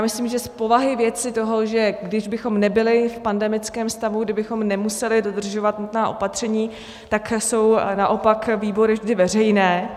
Myslím, že z povahy věci, toho, že kdybychom nebyli v pandemickém stavu, kdybychom nemuseli dodržovat nutná opatření, tak jsou naopak výbory vždy veřejné.